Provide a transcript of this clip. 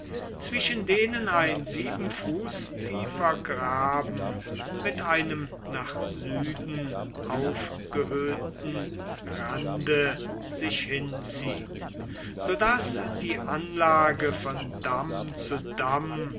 zwischen denen ein sieben fuß tiefer graben mit einem nach süden aufgehöhten rande sich hinzieht so daß die anlage von damm zu damm